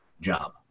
job